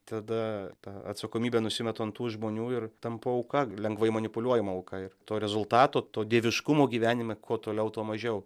tada tą atsakomybę nusimetu ant tų žmonių ir tampu auka lengvai manipuliuojama auka ir to rezultato to dieviškumo gyvenime kuo toliau tuo mažiau